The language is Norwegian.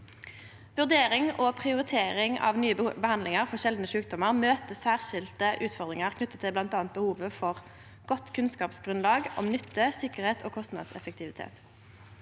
Vurdering og prioritering av nye behandlingar for sjeldne sjukdommar møter særskilte utfordringar knytte til bl.a. behovet for godt kunnskapsgrunnlag om nytte, sikkerheit og kostnadseffektivitet.